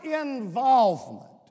involvement